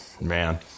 Man